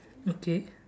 okay